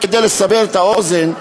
רק לסבר את האוזן,